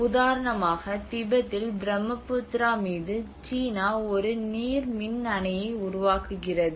உதாரணமாக திபெத்தில் பிரம்மபுத்ரா மீது சீனா ஒரு நீர் மின் அணையை உருவாக்குகிறது